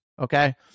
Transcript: okay